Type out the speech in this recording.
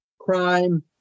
crime